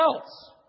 else